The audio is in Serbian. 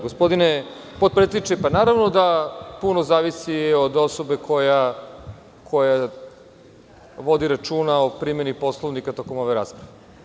Gospodine potpredsedniče, naravno da puno zavisi od osobe koja vodi računa o primeni Poslovnika tokom ove rasprave.